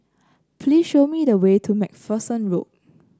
please show me the way to MacPherson Road